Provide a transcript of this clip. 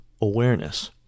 awareness